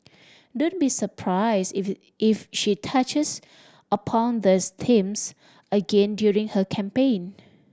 don't be surprised if if she touches upon these themes again during her campaign